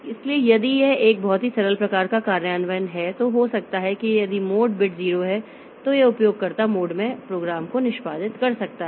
इसलिए यदि यह एक बहुत ही सरल प्रकार का कार्यान्वयन है तो हो सकता है कि यदि मोड बिट 0 है तो यह उपयोगकर्ता मोड में प्रोग्राम को निष्पादित कर सकता है